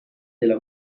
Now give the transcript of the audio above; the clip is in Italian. della